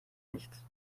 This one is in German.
nichts